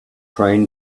train